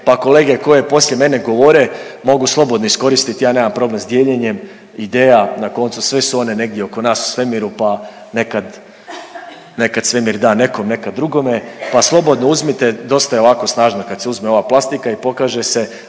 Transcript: pa kolege koje poslije mene govore mogu slobodno iskoristit, ja nemam problem s dijeljenjem ideja, na koncu sve su one negdje oko nas u svemiru, pa nekad, nekad svemir da nekom, nekad drugome, pa slobodno uzmite, dosta je ovako snažna kad se uzme ova plastika i pokaže se,